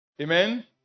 Amen